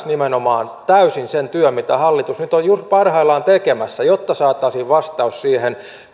nimenomaan täysin sen työn mitä hallitus nyt on juuri parhaillaan tekemässä jotta saataisiin vastaus siihen